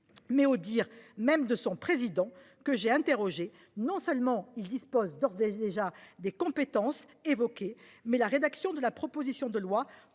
mais aux dires mêmes de son président que j'ai interrogé. Non seulement il dispose d'ores et déjà des compétences évoqué mais la rédaction de la proposition de loi